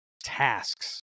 tasks